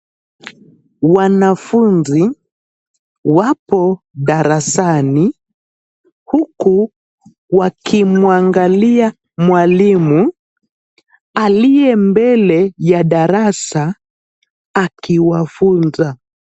Wanafunzi wapo darasani huku wakimwangalia mwalimu aliye mbele ya darasa akiwafunza.